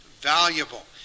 valuable